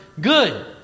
Good